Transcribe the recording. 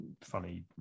funny